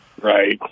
Right